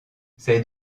c’est